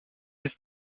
ist